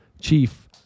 chief